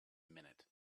minute